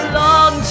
long